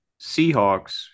Seahawks